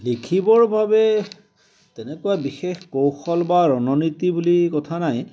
লিখিবৰ বাবে তেনেকুৱা বিশেষ কৌশল বা ৰণনীতি বুলি কথা নাই